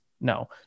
no